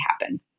happen